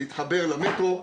להתחבר למטרו.